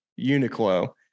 Uniqlo